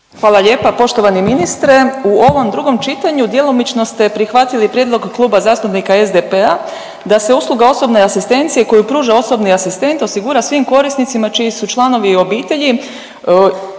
Hvala lijepa. Poštovani ministre, u ovom drugom čitanju djelomično ste prihvatili prijedlog Kluba zastupnika SDP-a da se usluga osobne asistencije koju pruža osobni asistent osigura svim korisnicima čiji su članovi obitelji